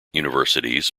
universities